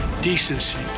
Decency